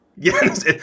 Yes